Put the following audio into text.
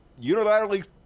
Unilaterally